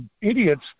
idiots